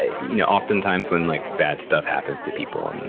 ah you know oftentimes when like bad stuff happens to people, and and